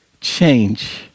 change